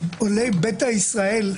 ביתא ישראל,